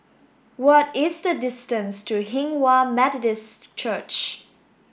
what is the distance to Hinghwa Methodist Church